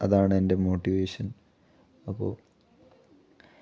അതാണെൻ്റെ motivation അപ്പോൾ